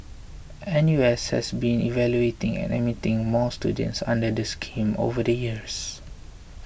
N U S has been evaluating and admitting more students under the scheme over the years